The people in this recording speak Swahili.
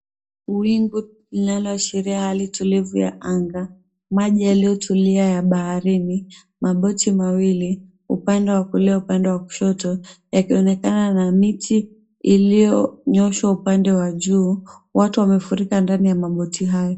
Wingu linaloashiria hali tulivu ya anga. Maji yaliyotulia ya baharini. Maboti mawili, upande wa kulia, upande wa kushoto, yakionekana na miti iliyonyooshwa upande wa juu. Watu wamefurika ndani ya maboti hayo.